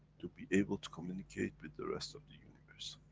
to be able to communicate with the rest of the universe.